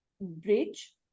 bridge